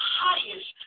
highest